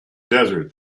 desert